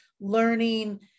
learning